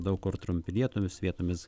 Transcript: daug kur trumpi lietūs vietomis